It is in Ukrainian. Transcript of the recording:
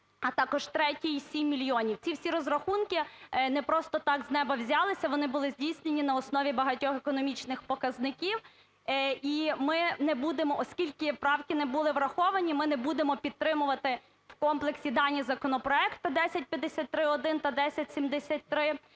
а також третій – 7 мільйонів. Ці всі розрахунки не просто так з неба взялися, вони були здійсненні на основі багатьох економічних показників. І ми не будемо… оскільки правки не були враховані, ми не будемо підтримувати в комплексі даний законопроект 1053-1 та 1073.